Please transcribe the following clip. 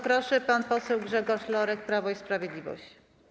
Proszę pan poseł Grzegorz Lorek, Prawo i Sprawiedliwość.